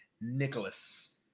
nicholas